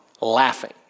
laughing